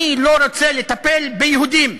אני לא רוצה לטפל ביהודים,